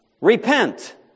Repent